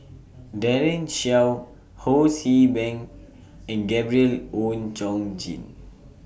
Daren Shiau Ho See Beng and Gabriel Oon Chong Jin